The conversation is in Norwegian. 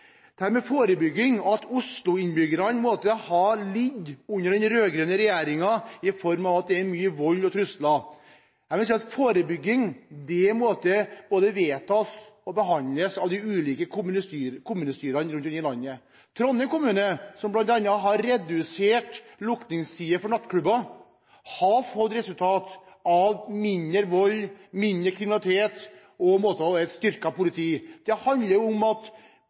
med forebygging og at Oslo-innbyggerne har lidd under den rød-grønne regjeringen fordi det er mye vold og trusler: Jeg må si at forebygging både behandles og vedtas av de ulike kommunestyrene rundt omkring i landet. Trondheim kommune, som bl.a. har redusert lukningstiden for nattklubber, har fått som resultat mindre vold, mindre kriminalitet og et styrket politi. Det handler om at